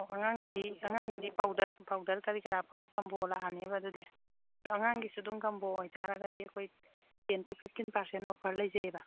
ꯑꯣ ꯑꯉꯥꯡꯒꯤꯗꯤ ꯑꯉꯥꯡꯒꯤꯗꯤ ꯄꯥꯎꯗꯔ ꯄꯥꯎꯗꯔ ꯀꯔꯤ ꯀꯔꯥ ꯄꯨꯂꯞ ꯀꯝꯕꯣ ꯂꯥꯛꯑꯅꯦꯕ ꯑꯗꯨꯗꯤ ꯑꯉꯥꯡꯒꯤꯁꯨ ꯑꯗꯨꯝ ꯀꯝꯕꯣ ꯑꯣꯏꯇꯥꯔꯒꯗꯤ ꯑꯩꯈꯣꯏ ten to fifteen percent offer ꯂꯩꯖꯩꯌꯦꯕ